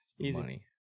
Easy